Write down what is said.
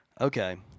Okay